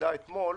אתמול בוועדה